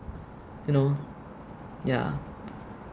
you know ya